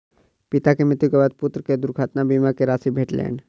पिता के मृत्यु के बाद पुत्र के दुर्घटना बीमा के राशि भेटलैन